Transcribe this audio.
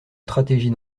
stratégie